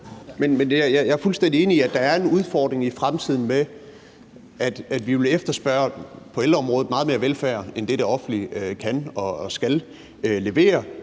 jeg er fuldstændig enig i, at der er en udfordring i fremtiden med, at vi på ældreområdet vil efterspørge meget mere velfærd end det, det offentlige kan og skal levere.